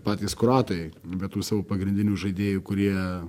patys kroatai bet tų savo pagrindinių žaidėjų kurie